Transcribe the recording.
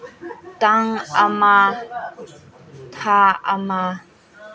ꯇꯥꯡ ꯑꯃ ꯊꯥ ꯑꯃ